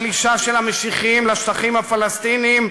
הפלישה של המשיחיים לשטחים הפלסטיניים,